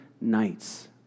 nights